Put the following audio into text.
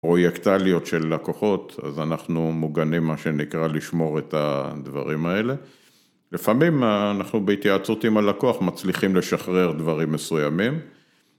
‫פרויקטליות של לקוחות, אז אנחנו ‫מוגנים מה שנקרא לשמור את הדברים האלה. ‫לפעמים אנחנו בהתייעצות עם הלקוח ‫מצליחים לשחרר דברים מסוימים.